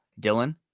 Dylan